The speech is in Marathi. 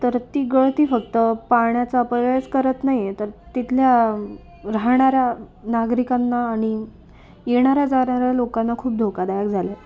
तर ती गळती फक्त पाण्याचा अपव्ययच करत नाहीये तर तिथल्या राहणाऱ्या नागरिकांना आणि येणाऱ्या जाणाऱ्या लोकांना खूप धोकादायक झालाय